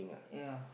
ya